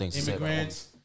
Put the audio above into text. immigrants